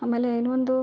ಆಮೇಲೆ ಇನ್ವೊಂದು